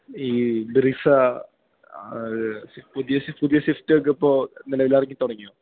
ഈ ബ്രിസ പുതിയ സിസ് പുതിയ സിഫ്റ്റക്കിപ്പോൾ നിലവിലിറങ്ങി തുടങ്ങിയോ